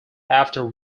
after